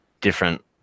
different